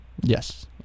Yes